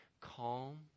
Calm